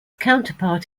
counterpart